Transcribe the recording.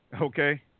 Okay